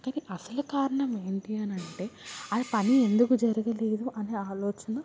కానీ అసలు కారణం ఏంటి అని అంటే ఆ పని ఎందుకు జరగలేదు అని ఆలోచన